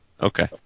Okay